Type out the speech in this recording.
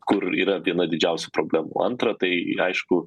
kur yra viena didžiausių problemų antra tai aišku